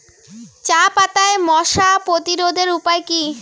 চাপাতায় মশা প্রতিরোধের উপায় কি?